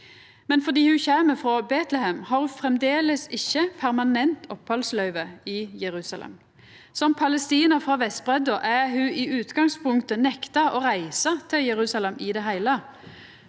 men fordi ho kjem frå Betlehem, har ho framleis ikkje permanent opphaldsløyve i Jerusalem. Som palestinar frå Vestbredda er ho i utgangspunktet nekta å reisa til Jerusalem i det heile,